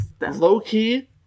low-key